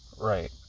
Right